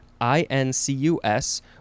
I-N-C-U-S